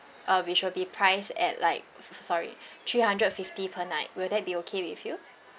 uh which will be priced at like sorry three hundred fifty per night will that be okay with you